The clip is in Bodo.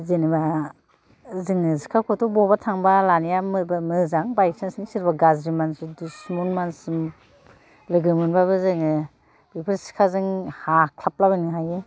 जेनबा जोङो सिखाखौथ' बबावबा थांबा लानाया मोजां बाइसान्सनि सोरबा गाज्रि मानसि दुसमन मानसि लोगो मोनबाबो जोङो बेखौ सिखाजों हाख्लाबलाबायनो हायो